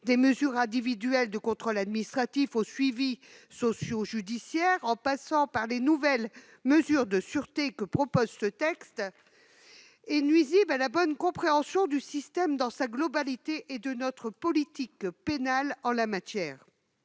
des mesures individuelles de contrôle administratif et de surveillance, les Micas, au suivi socio-judiciaire en passant par les nouvelles mesures de sûreté que contient ce texte, nuit à la bonne compréhension du système dans sa globalité et de notre politique pénale en la matière.